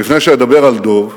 לפני שאדבר על דב,